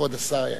כבוד השר היקר.